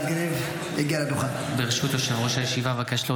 תודה רבה, חבר הכנסת גלעד קריב, בבקשה.